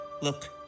Look